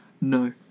No